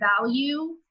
value